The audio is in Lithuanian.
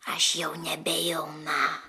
aš jau nebejauna